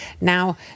now